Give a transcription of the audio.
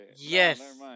Yes